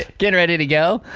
getting ready to go,